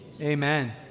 amen